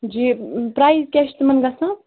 جی پرٛایز کیٛاہ چھِ تِمَن گژھان